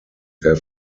sehr